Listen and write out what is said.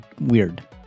weird